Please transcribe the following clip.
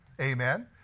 Amen